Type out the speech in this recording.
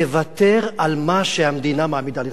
תוותר על מה שהמדינה מעמידה לרשותך.